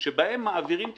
שבהן מעבירים תשלומים.